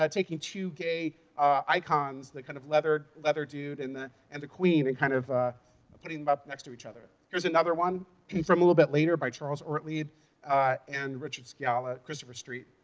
um taking two gay icons, the kind of leather leather dude and and the queen, and kind of putting them up next to each other. here's another one from a little bit later by charles ortlieb and richard sciala, christopher street,